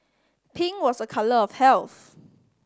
pink was a colour of health